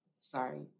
sorry